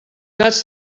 gats